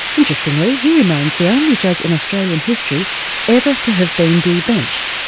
interestingly, he remains the only judge in australian history ever to have been de-benched.